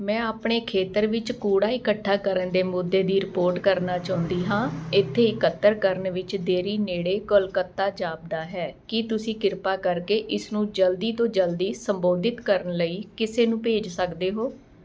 ਮੈਂ ਆਪਣੇ ਖੇਤਰ ਵਿੱਚ ਕੂੜਾ ਇਕੱਠਾ ਕਰਨ ਦੇ ਮੁੱਦੇ ਦੀ ਰਿਪੋਰਟ ਕਰਨਾ ਚਾਹੁੰਦੀ ਹਾਂ ਇੱਥੇ ਇਕੱਤਰ ਕਰਨ ਵਿੱਚ ਦੇਰੀ ਨੇੜੇ ਕੋਲਕਾਤਾ ਜਾਪਦਾ ਹੈ ਕੀ ਤੁਸੀਂ ਕਿਰਪਾ ਕਰਕੇ ਇਸ ਨੂੰ ਜਲਦੀ ਤੋਂ ਜਲਦੀ ਸੰਬੋਧਿਤ ਕਰਨ ਲਈ ਕਿਸੇ ਨੂੰ ਭੇਜ ਸਕਦੇ ਹੋ